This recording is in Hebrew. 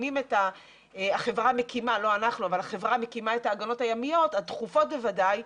החברה מקימה את ההגנות הימיות הדחופות בוודאי,